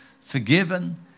forgiven